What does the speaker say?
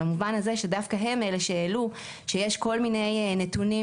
במובן הזה שדווקא הם אלה שהעלו שיש כל מיני נתונים,